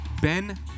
Ben